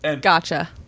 Gotcha